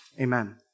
Amen